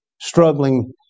struggling